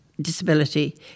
Disability